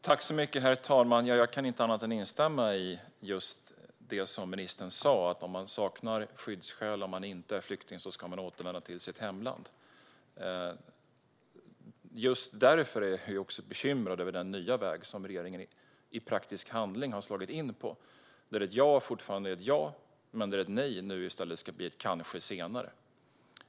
Herr talman! Jag kan inte annat än instämma i det som ministern sa. Om man saknar skyddsskäl, om man inte är flykting, ska man återvända till sitt hemland. Just därför är jag bekymrad över den nya väg som regeringen i praktisk handling har slagit in på. Där är ett ja fortfarande ett ja. Men ett nej ska nu i stället bli: kanske senare.